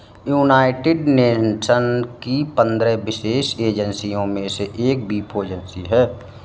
United Nations की पंद्रह विशेष एजेंसियों में से एक वीपो एजेंसी है